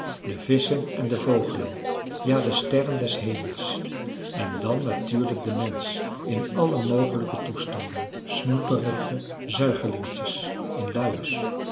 de visschen en de vogelen ja de sterren des hemels en dan natuurlijk de mensch in alle mogelijke toestanden snoeperige zuigelingetjes in luiers